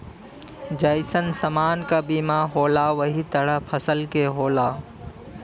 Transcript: जइसन समान क बीमा होला वही तरह फसल के होला